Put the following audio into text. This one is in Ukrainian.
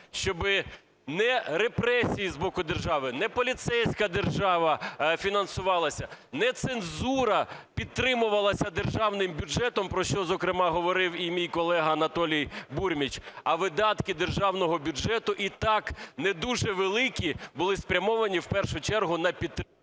щоб не репресії з боку держави, не поліцейська держава фінансувалася, не цензура підтримувалася державним бюджетом, про що, зокрема, говорив і мій колега Анатолій Бурміч, а видатки державного бюджету і так не дуже великі були спрямовані в першу чергу на підтримку…